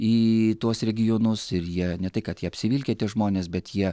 į tuos regionus ir jie ne tai kad jie apsivilkę tie žmonės bet jie